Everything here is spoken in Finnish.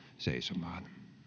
seisomaan